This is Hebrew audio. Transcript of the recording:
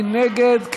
מי נגד?